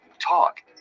Talk